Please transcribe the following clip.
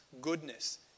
goodness